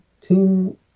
team